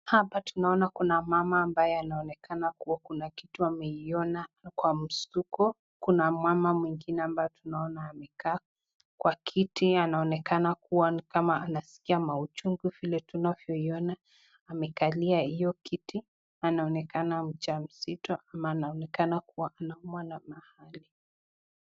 Hapa tunaona kuna mama ambaye anaonekana kuwa kuna kitu ameiona kwa mshtuko. Kuna mama mwingine ambaye tunaona amekaa kwa kiti anaonekana kuwa ni kama anaskia mauchungu vile tunavyoiona amekalia hiyo kiti. Anaonekana mja mzito ama anaonekana kuwa anaumwa na mahali.